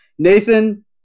Nathan